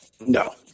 no